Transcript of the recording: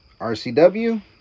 RCW